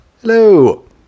Hello